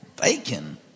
bacon